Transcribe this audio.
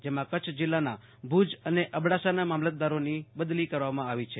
જેમાં કચ્છ જીલ્લાના ભુજ અને અબડાસા ના મામલતદારોની બદલી કરવામાં આવી છે